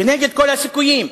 כנגד כל הסיכויים.